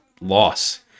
loss